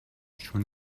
چون